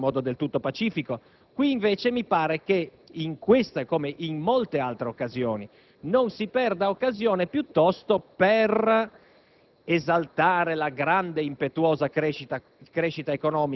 quell'odioso regime che, infatti, fu superato in modo del tutto pacifico. Qui, invece, mi pare che in questo, come in molti altri casi, non si perda occasione piuttosto per